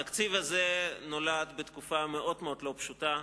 התקציב הזה נולד בתקופה מאוד לא פשוטה,